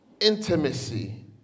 intimacy